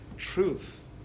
truth